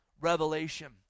revelation